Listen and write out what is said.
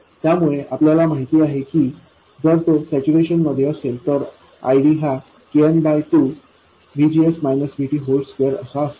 त्यामुळे आपल्याला देखील माहिती आहे की जर तो सॅच्युरेशन मध्ये असेल तर ID हा kn22 असा असेल